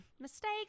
Mistake